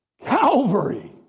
Calvary